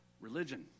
religion